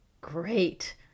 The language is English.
great